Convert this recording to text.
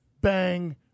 bang